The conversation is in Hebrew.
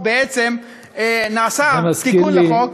נעשה תיקון לחוק,